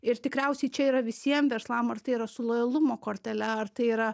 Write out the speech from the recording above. ir tikriausiai čia yra visiem verslam ar tai yra su lojalumo kortele ar tai yra